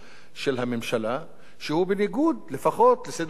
שהוא בניגוד לפחות לסדר-היום המוצהר של מפלגתו שלו,